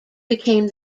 became